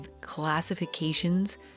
classifications